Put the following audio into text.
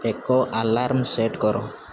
ଏକ alarm set କର